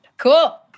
Cool